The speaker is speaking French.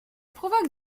provoque